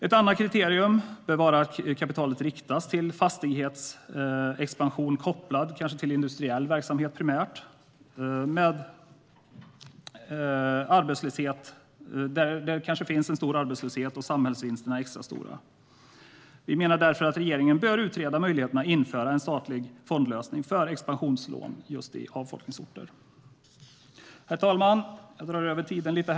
Ett annat kriterium bör vara att kapitalet riktas till fastighetsexpansion kopplad till primärt industriell verksamhet där det finns en stor arbetslöshet och samhällsvinsterna är extra stora. Vi menar därför att regeringen bör utreda möjligheten att införa en statlig fondlösning för expansionslån just i avfolkningsorter. Herr talman! Jag överskrider talartiden lite nu.